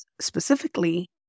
specifically